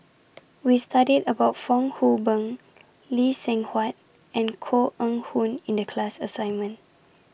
We studied about Fong Hoe Beng Lee Seng Huat and Koh Eng Hoon in The class assignment